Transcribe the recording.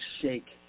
shake